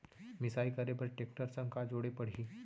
मिसाई करे बर टेकटर संग का जोड़े पड़ही?